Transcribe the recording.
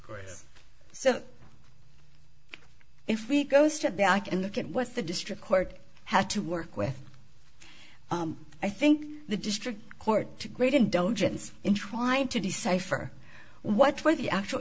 person so if we go step back and look at what the district court had to work with i think the district court to great indulgence in trying to decipher what were the actual